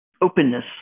openness